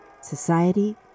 society